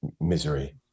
misery